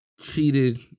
Cheated